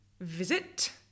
visit